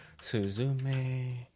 Suzume